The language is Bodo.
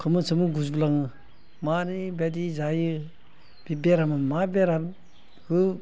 खोमोन सोमोन गुजोबलाङो मारै बादि जायो बि बेरामा मा बेराम